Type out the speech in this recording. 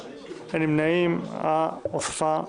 הצבעה בעד,